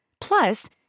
Plus